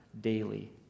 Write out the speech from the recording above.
daily